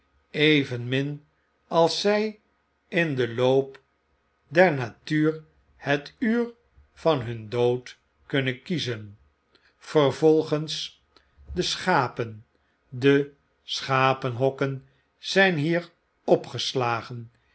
evenmin als zii in den loop der natuur het uur van hun dood kunnen kiezen vervolgens de schapen de schapenhokken zijn hier opgeslagen